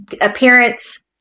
appearance